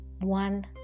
one